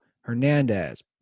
hernandez